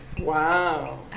Wow